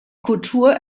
kultur